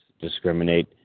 discriminate